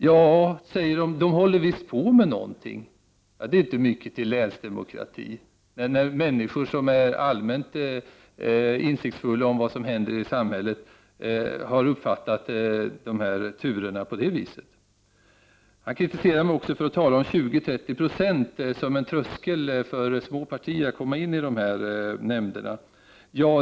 De säger: ”De håller visst på med någonting.” Det är inte mycket till länsdemokrati när människor som är allmänt insiktsfulla när det gäller vad som händer i samhället har uppfattat turerna på det viset. Jag blev kritiserad av Magnus Persson för att jag talade om 20-30 96 som en tröskel som hindrar småpartier att komma in i nämnderna.